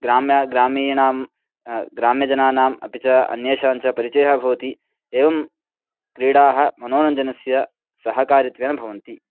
ग्राम्याः ग्रामीणानां ग्राम्यजनानाम् अपि च अन्येषाञ्च परिचयः भवति एवं क्रीडाः मनोरञ्जनस्य सहकारित्वेन भवन्ति